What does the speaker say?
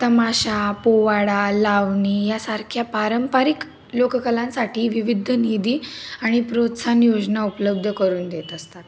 तमाशा पोवाडा लावणी यासारख्या पारंपरिक लोककलांसाठी विविध निधी आणि प्रोत्साहन योजना उपलब्ध करून देत असतात